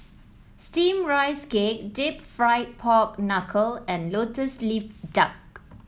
steamed Rice Cake deep fried Pork Knuckle and lotus leaf duck